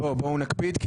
בואו נקפיד.